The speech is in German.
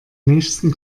nächsten